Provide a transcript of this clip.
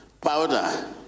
powder